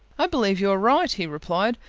i believe you are right, he replied,